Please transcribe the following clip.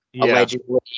allegedly